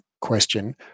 question